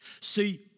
See